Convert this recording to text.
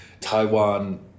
Taiwan